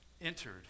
entered